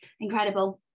incredible